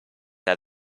have